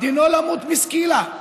דינו למות בסקילה.